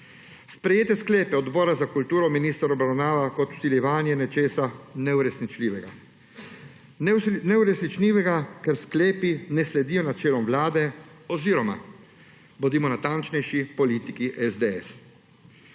Sprejete sklepe Odbora za kulturo minister obravnava kot vsiljevanje nečesa neuresničljivega. Neuresničljivega, ker sklepi ne sledijo načelom Vlade oziroma, bodimo natančnejši, politiki SDS.